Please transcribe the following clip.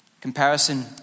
Comparison